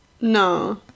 No